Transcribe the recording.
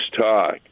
talk